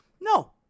no